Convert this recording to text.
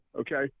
okay